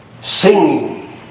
singing